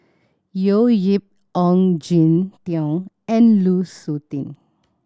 Yip Ong Jin Teong and Lu Suitin